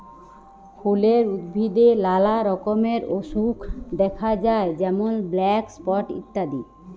ফুলের উদ্ভিদে লালা রকমের অসুখ দ্যাখা যায় যেমল ব্ল্যাক স্পট ইত্যাদি